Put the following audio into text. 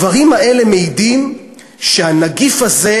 הדברים האלה מעידים שהנגיף הזה,